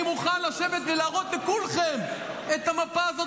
אני מוכן לשבת ולהראות לכולכם את המפה הזאת